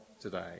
today